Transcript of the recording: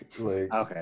Okay